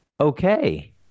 Okay